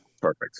Perfect